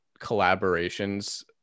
collaborations